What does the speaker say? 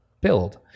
build